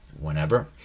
whenever